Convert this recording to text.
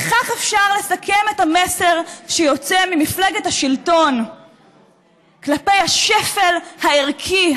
בכך אפשר לסכם את המסר שיוצא ממפלגת השלטון כלפי השפל הערכי,